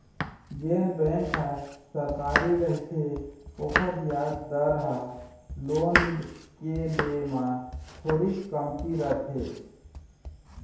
जेन बेंक ह सरकारी रहिथे ओखर बियाज दर ह लोन के ले म थोरीक कमती रथे